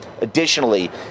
Additionally